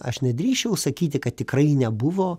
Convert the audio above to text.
aš nedrįsčiau sakyti kad tikrai nebuvo